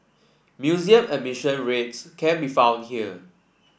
museum admission rates can be found here